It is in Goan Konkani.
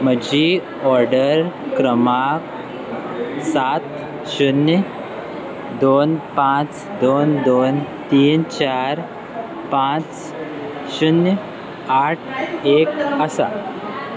म्हजी ऑर्डर क्रमांक सात शुन्य दोन पांच दोन दोन तीन चार पांच शुन्य आठ एक आसा